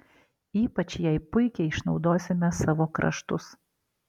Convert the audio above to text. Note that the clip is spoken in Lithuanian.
ypač jai puikiai išnaudosime savo kraštus